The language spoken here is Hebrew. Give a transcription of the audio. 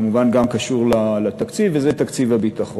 כמובן, קשור לתקציב, וזה תקציב הביטחון.